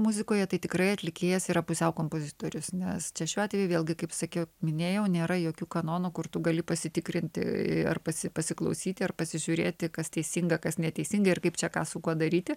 muzikoje tai tikrai atlikėjas yra pusiau kompozitorius nes čia šiuo atveju vėlgi kaip sakiau minėjau nėra jokių kanonų kur tu gali pasitikrinti ar pasi pasiklausyti ar pasižiūrėti kas teisinga kas neteisinga ir kaip čia ką su kuo daryti